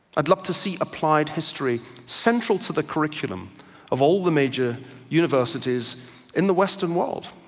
i'd love to see applied history central to the curriculum of all the major universities in the western world,